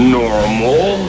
normal